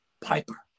Piper